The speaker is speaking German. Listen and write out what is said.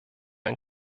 ein